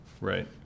Right